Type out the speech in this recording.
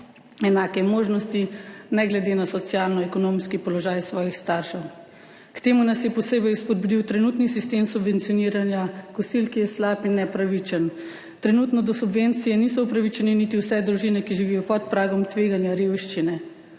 enake možnosti, ne glede na socialno-ekonomski položaj svojih staršev. K temu nas je posebej spodbudil trenutni sistem subvencioniranja kosil, ki je slab in nepravičen. Trenutno do subvencije niso upravičene niti vse družine, ki živijo pod pragom tveganja revščine.